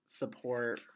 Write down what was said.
support